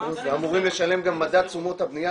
בשכירות ואמורים לשלם גם מדד תשומות הבנייה,